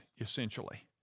essentially